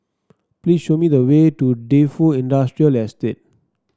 please show me the way to Defu Industrial Estate